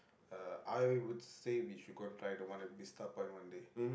uh I would say we should go and try the one at Vista-Point one day